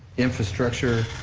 infrastructure,